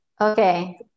Okay